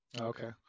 Okay